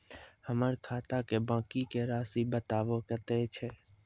हमर खाता के बाँकी के रासि बताबो कतेय छै?